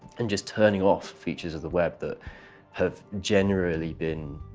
and just turning off features of the web that have generally been